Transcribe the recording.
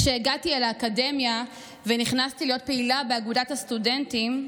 כשהגעתי אל האקדמיה ונכנסתי להיות פעילה באגודת הסטודנטים,